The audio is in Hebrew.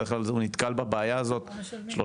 בדרך כלל הוא נתקל בבעיה הזאת שלושה,